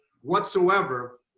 whatsoever